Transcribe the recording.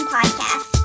Podcast